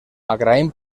agraïm